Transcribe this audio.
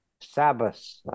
Sabbath